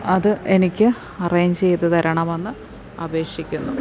അത് എനിക്ക് അറേഞ്ച് ചെയ്ത് തരണമെന്ന് അപേക്ഷിക്കുന്നു